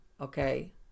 Okay